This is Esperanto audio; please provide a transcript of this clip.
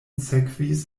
sekvis